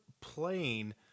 plane